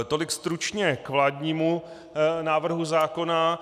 Tolik stručně k vládnímu návrhu zákona.